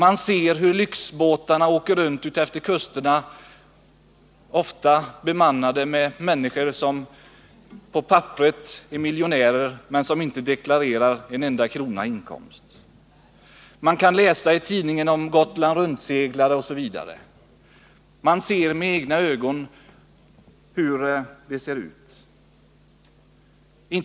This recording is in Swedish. De ser hur lyxbåtarna åker runt utefter kusterna, ofta bemannade med människor som på papperet är miljonärer, men som inte deklarerar en enda krona i inkomst. De kan läsa i tidningarna om Gotland-runt-seglare osv. De ser med egna ögon hur förhållandena är.